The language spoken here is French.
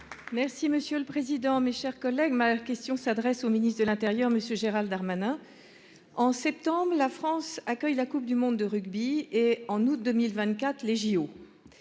Merci monsieur le président, mes chers collègues, ma question s'adresse au ministre de l'Intérieur Monsieur Gérald Darmanin. En septembre, la France accueille la Coupe du monde de rugby et en août 2024 les JO.